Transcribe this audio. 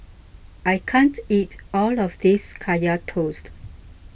I can't eat all of this Kaya Toast